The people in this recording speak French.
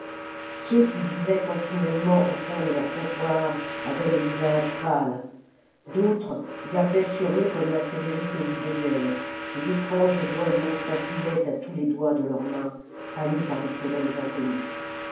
ceux qui vivaient continuellement au fond de leurs comptoirs avaient le visage pâle d'autres gardaient sur eux comme la sévérité du désert et d'étranges joyaux scintillaient à tous les doigts de leurs mains hâlées par des soleils inconnus